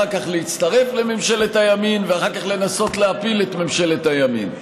אחר כך להצטרף לממשלת הימין ואחר כך לנסות להפיל את ממשלת הימין.